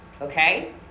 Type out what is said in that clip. okay